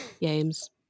games